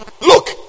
Look